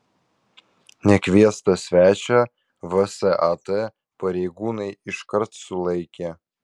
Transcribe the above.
nekviestą svečią vsat pareigūnai iškart sulaikė